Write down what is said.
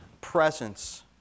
presence